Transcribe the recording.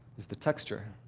is the texture,